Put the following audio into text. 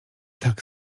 tak